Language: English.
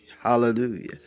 hallelujah